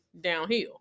downhill